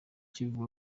kivuga